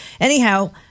Anyhow